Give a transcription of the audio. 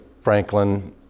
Franklin